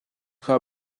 kha